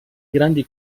grandi